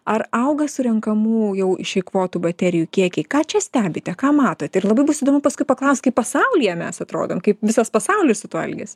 ar auga surenkamų jau išeikvotų baterijų kiekiai ką čia stebite ką matote ir labai bus įdomu paskui paklaust kaip pasaulyje mes atrodom kaip visas pasaulis su tuo elgiasi